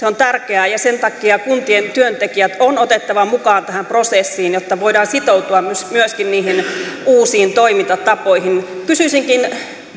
on tärkeää ja sen takia kuntien työntekijät on otettava mukiaan tähän prosessiin jotta voidaan sitoutua myöskin niihin uusiin toimintatapoihin kysyisinkin